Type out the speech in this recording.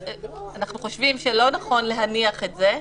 אנחנו חושבים שלא נכו להניח את זה,